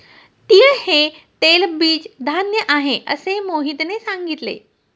तीळ हे तेलबीज धान्य आहे, असे मोहितने सांगितले